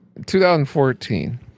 2014